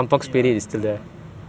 okay lah ya